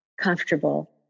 comfortable